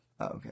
Okay